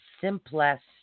simplest